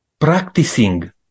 practicing